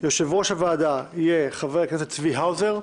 יושב-ראש הוועדה יהיה חבר הכנסת צבי האוזר,